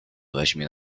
weźmie